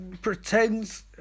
pretends